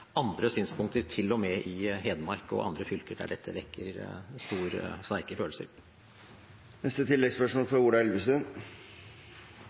andre synspunkter – til og med i Hedmark og andre fylker der dette vekker sterke følelser. Ola Elvestuen